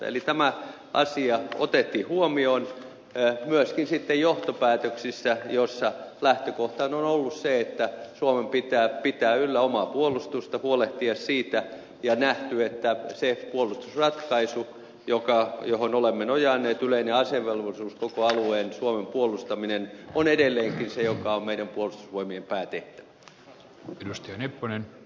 eli tämä asia otettiin huomioon myöskin sitten johtopäätöksissä joissa lähtökohtana on ollut se että suomen pitää pitää yllä omaa puolustusta huolehtia siitä ja on nähty että se puolustusratkaisu johon olemme nojanneet yleinen asevelvollisuus koko suomen alueen puolustaminen on edelleenkin se mikä on meidän puolustusvoimien päätehtävä